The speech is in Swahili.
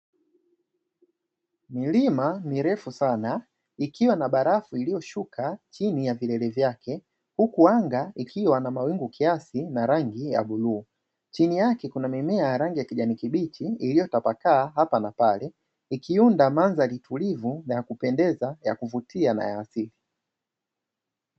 Milima mirefu sana ikiwa na barafu iliyoshuka chini ya vielele vyake huku anga ikiwa na mawingu kiasi na rangi ya bluu chini yake kuna mimea ya rangi ya kijani kibichi iliyotapakaa hapa na pale ikiunda madhari utulivu na ya kupendeza ya kuvutia na ya asili.